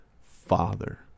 father